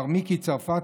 מר מיקו צרפתי,